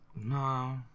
No